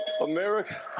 America